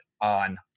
on